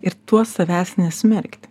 ir tuo savęs nesmerkti